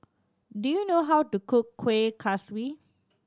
do you know how to cook Kuih Kaswi